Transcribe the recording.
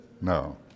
No